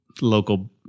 local